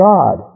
God